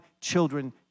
children